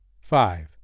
five